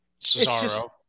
Cesaro